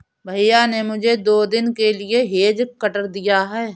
भैया ने मुझे दो दिन के लिए हेज कटर दिया है